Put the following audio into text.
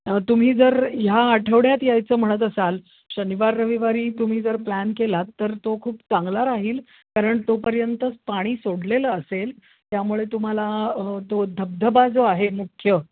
तुम्ही जर ह्या आठवड्यात यायचं म्हणत असाल शनिवार रविवारी तुम्ही जर प्लॅन केला तर तो खूप चांगला राहील कारण तोपर्यंतच पाणी सोडलेलं असेल त्यामुळे तुम्हाला तो धबधबा जो आहे मुख्य